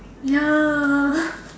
ya